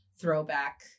throwback –